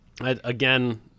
again